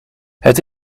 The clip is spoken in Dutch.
het